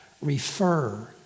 refer